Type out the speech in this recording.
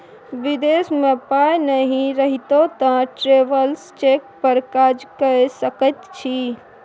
विदेश मे पाय नहि रहितौ तँ ट्रैवेलर्स चेक पर काज कए सकैत छी